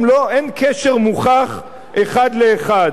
אין קשר מוכח אחד לאחד.